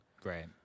great